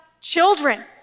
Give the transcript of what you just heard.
children